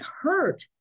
hurt